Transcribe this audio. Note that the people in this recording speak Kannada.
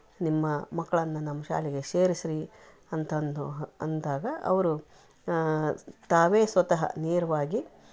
ನಿಮ್ಮ ಮಕ್ಕಳನ್ನ ನಮ್ಮ ಶಾಲೆಗೆ ಸೇರಿಸ್ರೀ ಅಂತ ಒಂದು ಅಂದಾಗ ಅವರು ತಾವೇ ಸ್ವತಃ ನೇರವಾಗಿ